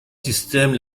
système